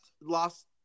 lost